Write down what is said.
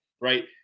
Right